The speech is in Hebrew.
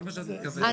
זה מה שאת מתכוונת.